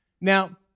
Now